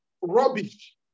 rubbish